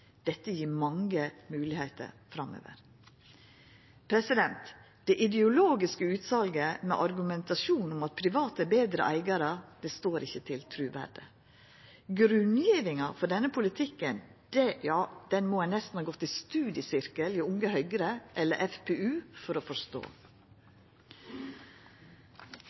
Dette gjev mange moglegheiter framover. Det ideologiske utsalet, med argumentasjonen om at private er betre eigarar, står ikkje til truande. Grunngjevinga for denne politikken må ein nesten ha gått i studiesirkel hjå Unge Høgre eller FpU for å forstå.